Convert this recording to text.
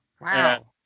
Wow